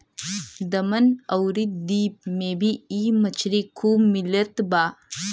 दमन अउरी दीव में भी इ मछरी खूब मिलत बा